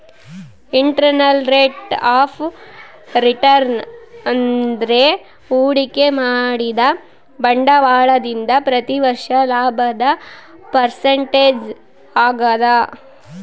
internal rate of return ಅಂದ್ರೆ ಹೂಡಿಕೆ ಮಾಡಿದ ಬಂಡವಾಳದಿಂದ ಪ್ರತಿ ವರ್ಷ ಲಾಭದ ಪರ್ಸೆಂಟೇಜ್ ಆಗದ